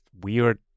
weird